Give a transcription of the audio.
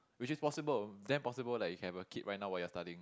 which is possible damn possible like you can have a kid right now while you are studying